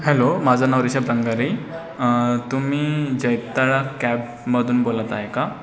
hello माझं नाव रिषभ धनगारे तुम्ही जैताडा कॅबमधून बोलत आहे का